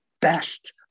best